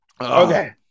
Okay